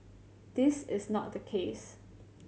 this is not the case